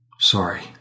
Sorry